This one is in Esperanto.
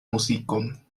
muzikon